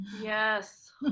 Yes